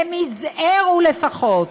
למצער, לפחות,